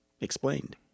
explained